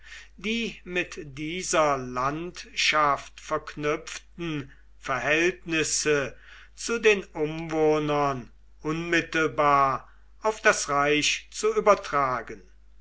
die mit dieser landschaft verknüpften verhältnisse zu den umwohnern unmittelbar auf das reich zu übertragen